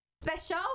special